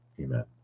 Amen